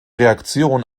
reaktion